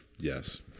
Yes